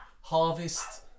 harvest